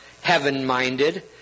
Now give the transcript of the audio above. heaven-minded